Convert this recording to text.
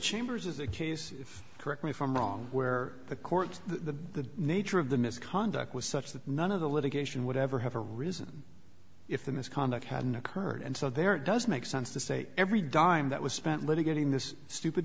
chambers is the case correct me if i'm wrong where the court the nature of the misconduct was such that none of the litigation would ever have a reason if the misconduct hadn't occurred and so there it does make sense to say every dime that was spent litigating this stupid